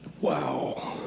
Wow